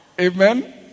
Amen